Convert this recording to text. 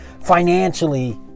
financially